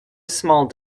small